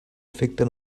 efecte